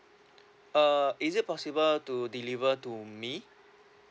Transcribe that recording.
uh is it possible to deliver to me